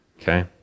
okay